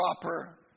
proper